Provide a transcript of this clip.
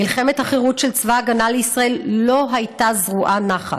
"מלחמת החירות של צבא ההגנה לישראל לא הייתה כולה זרועה נחת,